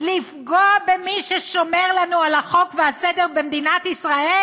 לפגוע במי ששומר לנו על החוק והסדר במדינת ישראל?